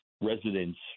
residents